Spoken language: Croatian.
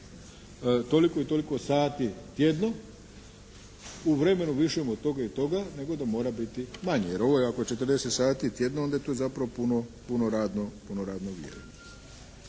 toliko i toliko sati tjedno u vremenu višem od toga i toga nego da mora biti manje. Jer ovo ako je 40 sati tjedno onda je to zapravo puno radno vrijeme.